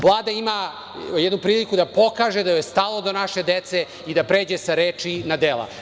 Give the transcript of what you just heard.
Vlada ima jednu priliku da pokaže da joj je stalo do naše dece i da pređe sa reči na dela.